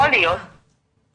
עם שר הרווחה.